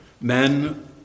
Men